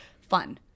fun